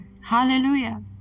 Hallelujah